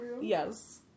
Yes